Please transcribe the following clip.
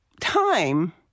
time